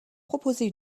proposer